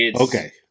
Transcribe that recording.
Okay